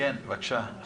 תודה.